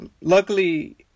luckily